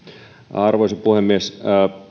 arvoisa puhemies